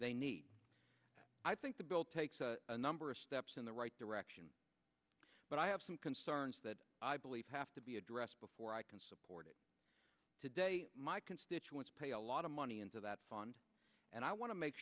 they need i think the bill takes a number of steps in the right direction but i have some concerns that i believe have to be addressed before i can support it today my constituents pay a lot of money into that fund and i want to make